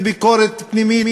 בביקורת פנימית,